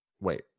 Wait